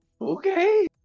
Okay